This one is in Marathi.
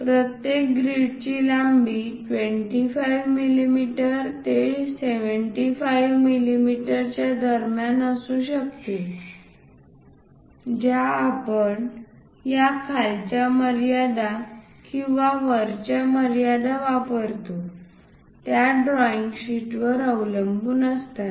प्रत्येक ग्रीडची लांबी 25 मिमी ते 75 मिमीच्या दरम्यान असू शकते ज्या आपण या खालच्या मर्यादा किंवा वरच्या मर्यादा वापरतो त्या ड्रॉईंग शीटवर अवलंबून असतात